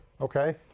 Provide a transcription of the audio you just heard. Okay